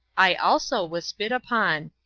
i also was spit upon.